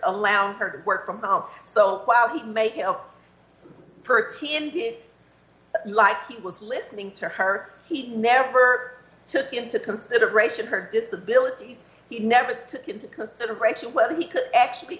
allowing her to work from home so while he may help purty india it's like he was listening to her he never took into consideration her disability he never took into consideration whether he could actually